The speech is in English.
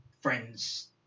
friends